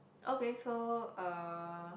okay so uh